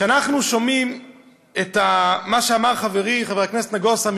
כשאנחנו שומעים את מה שאמר קודם חברי חבר הכנסת נגוסה,